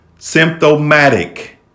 symptomatic